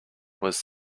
was